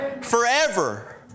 forever